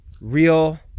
real